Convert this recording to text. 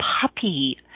puppy